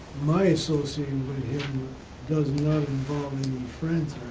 my associating with him does not involve any friends